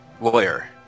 lawyer